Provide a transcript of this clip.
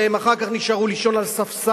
והם אחר כך נשארו לישון על ספסל,